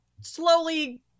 slowly